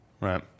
Right